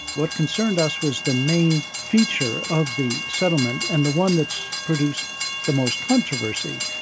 what concerned us was the main feature of the settlement and the one that's produced the most controversy,